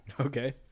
Okay